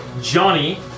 Johnny